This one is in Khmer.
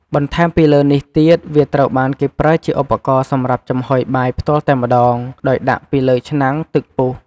បន្ថែមពីលើនេះទៀត វាត្រូវបានគេប្រើជាឧបករណ៍សម្រាប់ចំហុយបាយផ្ទាល់តែម្ដង ដោយដាក់ពីលើឆ្នាំងទឹកពុះ។